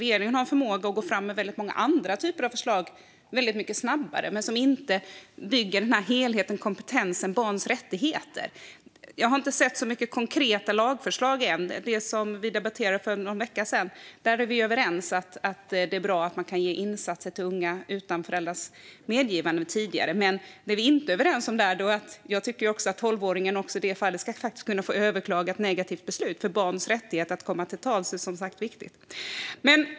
Regeringen har en förmåga att gå fram med väldigt många andra typer av förslag mycket snabbare, men de bygger inte helheten. Det handlar om kompetensen och om barns rättigheter. Jag har inte sett många konkreta lagförslag än. När det gäller det som vi debatterade för någon vecka sedan är vi överens om att det är bra att man kan ge insatser till unga utan föräldrars medgivande och att man kan ge dem tidigare. Men det finns något som vi inte är överens om där. Jag tycker att tolvåringen i det fallet ska kunna överklaga ett negativt beslut, för barns rätt att komma till tals är som sagt viktig.